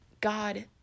God